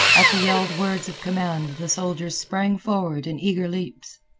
at the yelled words of command the soldiers sprang forward in eager leaps.